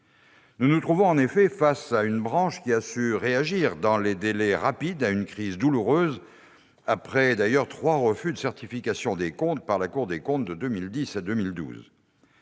Nous nous trouvons en effet face à une branche qui a su réagir dans des délais rapides à une crise douloureuse, après trois refus de certification de ses comptes par la Cour des comptes, de 2010 à 2012.